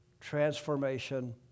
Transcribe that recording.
transformation